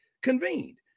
convened